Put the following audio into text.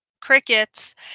Crickets